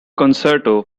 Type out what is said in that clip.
concerto